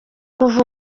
kuva